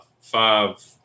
five